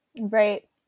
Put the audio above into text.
right